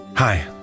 Hi